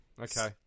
Okay